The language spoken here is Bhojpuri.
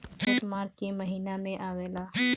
बजट मार्च के महिना में आवेला